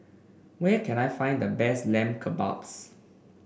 where can I find the best Lamb Kebabs